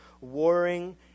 warring